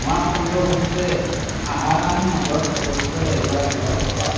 ধুৱা কুণ্ড হৈছে সাসাৰাম নগৰত অৱস্থিত এযোৰা জলপ্ৰপাত